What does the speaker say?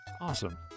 Awesome